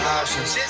options